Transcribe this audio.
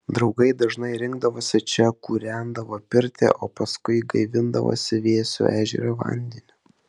draugai dažnai rinkdavosi čia kūrendavo pirtį o paskui gaivindavosi vėsiu ežero vandeniu